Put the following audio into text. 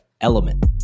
Element